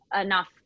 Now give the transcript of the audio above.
enough